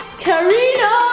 karina.